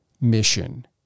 mission